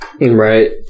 Right